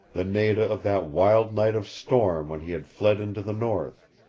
the nada of that wild night of storm when he had fled into the north.